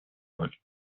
роль